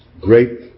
great